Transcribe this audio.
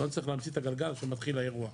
לא נצטרך להמציא את הגלגל כשמתחיל האירוע.